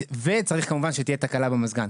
וצריך כמובן שתהיה תקלה במזגן.